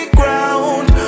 ground